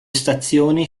stazioni